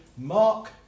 Mark